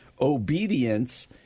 obedience